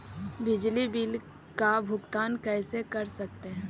बिजली बिल का भुगतान कैसे कर सकते है?